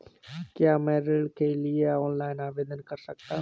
क्या मैं ऋण के लिए ऑनलाइन आवेदन कर सकता हूँ?